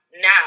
Now